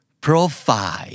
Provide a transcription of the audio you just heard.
profile